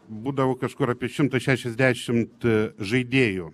būdavo kažkur apie šimtą šešiasdešimt žaidėjų